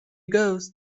goes